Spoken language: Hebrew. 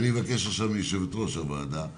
אני מבקש עכשיו מיושבת-ראש הוועדה עכשיו,